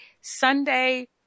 Sunday